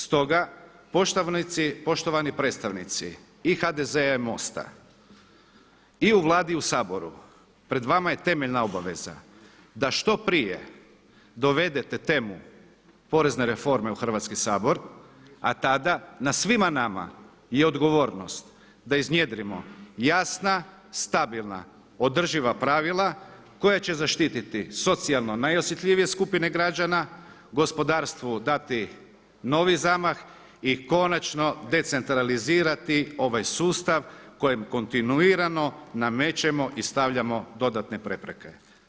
Stoga, poštovani predstavnici i HDZ-a i MOST-a i u Vladi i u Saboru, pred vama je temeljna obaveza da što prije dovedete temu porezne reforme u Hrvatski sabor, a tada na svima nama je odgovornost da iznjedrimo jasna, stabilna, održiva pravila koja će zaštititi socijalno najosjetljivije skupine građana, gospodarstvu dati novi zamah i konačno decentralizirati ovaj sustav kojim kontinuirano namećemo i stavljamo dodatne prepreke.